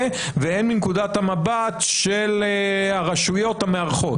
והן מנקודת המבט של הרשויות המארחות?